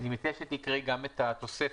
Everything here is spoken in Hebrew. תקראי גם את התוספת,